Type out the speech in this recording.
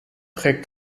trägt